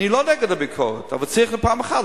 אני לא נגד הביקורת אבל צריך בפעם אחת,